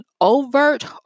overt